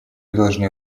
должны